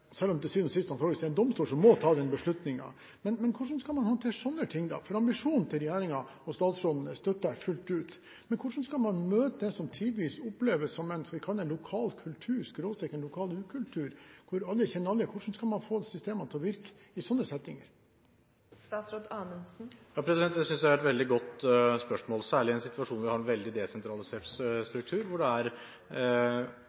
selv om det til syvende og sist er en domstol som må ta den beslutningen. Hvordan skal man håndtere slike ting? Ambisjonen til regjeringen og statsråden støtter jeg fullt ut, men hvordan skal man møte det som tidvis oppleves som en lokal kultur/ukultur, hvor alle kjenner alle? Hvordan skal man få systemene til å virke i slike settinger? Det synes jeg er et veldig godt spørsmål, særlig i en situasjon da vi har en veldig desentralisert